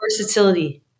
versatility